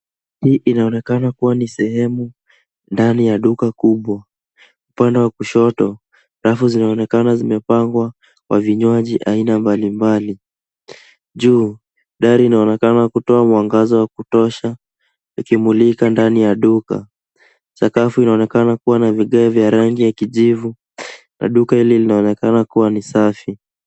Hii inaonekana kuwa ni sehemu ndani ya duka kubwa. Upande wa kushoto rafu zinaonekana zimepangwa kwa vinywaji aina mbalimbali. Juu dari inaonekana kutoa mwangaza wa kutosha ikimulika ndani ya duka. Sakafu inaonekana kuwa na vigae vya rangi ya kijivu na duka hili linaonekana kuwa ni safi.